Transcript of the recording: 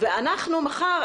ואנחנו מחר,